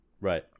Right